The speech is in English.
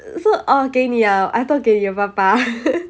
so oh 给你啊 I thought 给你的爸爸